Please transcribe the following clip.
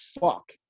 fuck